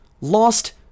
lost